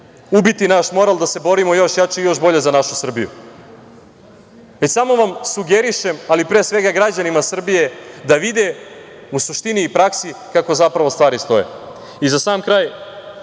ubiti naš moral da se borimo još jače i još bolje za našu Srbiju. Samo vam sugerišem, ali pre svega građanima Srbije, da vide u suštini i praksi kako zapravo stvari stoje i za sam kraj